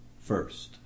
First